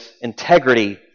integrity